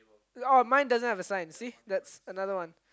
oh mine doesn't have a sign see that's another one